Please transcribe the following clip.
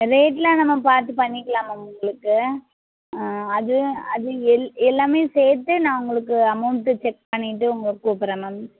ரேட்டெலாம் நம்ம பார்த்து பண்ணிக்கலாம் மேம் உங்களுக்கு அது அது எல் எல்லாமே சேர்த்து நான் உங்களுக்கு அமௌண்ட்டு செக் பண்ணிவிட்டு உங்களுக்கு கூப்பிட்றேன் மேம்